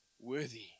Worthy